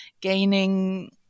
gaining